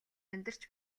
амьдарч